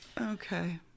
Okay